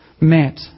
met